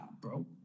bro